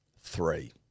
Three